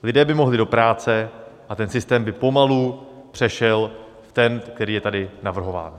Lidé by mohli do práce a ten systém by pomalu přešel v ten, který je tady navrhován.